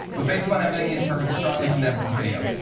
but based upon everything he's heard, he strongly condemns this video.